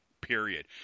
period